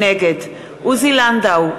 נגד עוזי לנדאו,